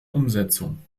umsetzung